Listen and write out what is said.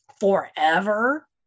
forever